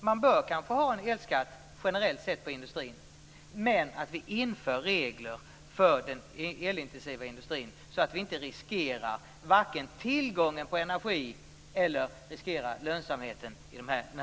Man bör kanske ha en generell elskatt på industrin, men vi bör införa regler för den elintensiva industrin så att vi inte riskerar vare sig tillgången på energi eller lönsamheten i dessa företag.